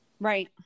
Right